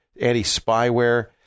anti-spyware